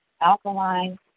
Alkaline